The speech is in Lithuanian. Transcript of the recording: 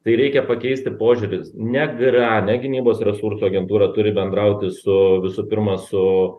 tai reikia pakeisti požiūris ne gra ne gynybos resursų agentūra turi bendrauti su visu pirma su